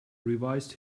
revised